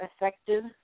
effective